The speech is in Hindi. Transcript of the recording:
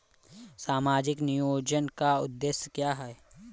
सामाजिक नियोजन का उद्देश्य क्या है?